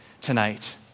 tonight